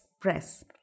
Press